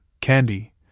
candy